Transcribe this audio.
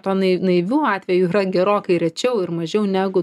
to nai naivių atvejų yra gerokai rečiau ir mažiau negu